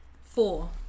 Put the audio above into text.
four